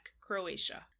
Croatia